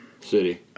City